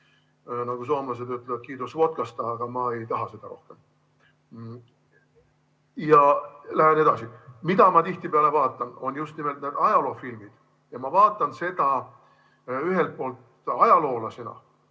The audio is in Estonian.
Nagu soomlased ütlevad: "Kiitos vodkasta", aga ma ei taha seda rohkem. Lähen edasi. Mida ma tihtipeale vaatan, on just nimelt ajaloofilmid. Ja ma vaatan seda ühelt poolt ajaloolasena,